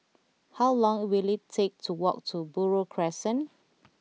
how long will it take to walk to Buroh Crescent